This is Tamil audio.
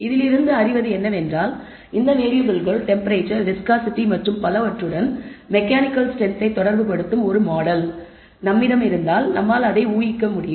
இதிலிருந்து அறிவது என்னவென்றால் இந்த வேறியபிள்கள் டெம்பரேச்சர் விஸ்காஸிடி மற்றும் பலவற்றுடன் மெக்கானிக்கல் ஸ்ட்ரென்த்தை தொடர்புபடுத்தும் ஒரு மாடல் நம்மிடம் இருந்தால் நம்மால் ஊகிக்க முடியும்